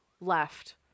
left